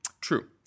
True